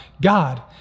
God